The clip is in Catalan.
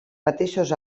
mateixos